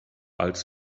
als